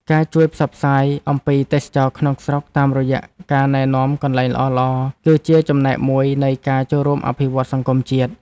ការជួយផ្សព្វផ្សាយអំពីទេសចរណ៍ក្នុងស្រុកតាមរយៈការណែនាំកន្លែងល្អៗ គឺជាចំណែកមួយនៃការចូលរួមអភិវឌ្ឍន៍សង្គមជាតិ។